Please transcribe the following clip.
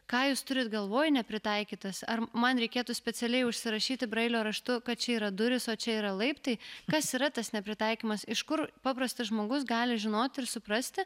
ką jūs turit galvoj nepritaikytas ar man reikėtų specialiai užsirašyti brailio raštu kad čia yra durys o čia yra laiptai kas yra tas nepritaikymas iš kur paprastas žmogus gali žinoti ir suprasti